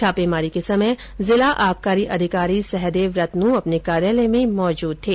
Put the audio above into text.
छापेमारी के समय जिला आबकारी अधिकारी सहदेव रतनू अपने कार्यालय में मौजूद थे